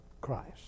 Christ